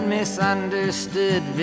misunderstood